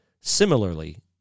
Similarly